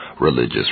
Religious